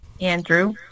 Andrew